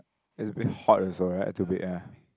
is a bit hot also right to be ya